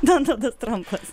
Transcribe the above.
donaldas trampas